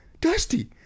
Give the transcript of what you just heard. Dusty